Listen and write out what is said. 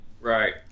Right